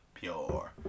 Pure